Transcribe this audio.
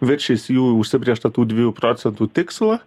viršys jų užsibrėžtą tų dviejų procentų tikslą